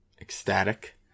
Ecstatic